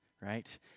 Right